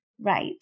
right